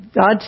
God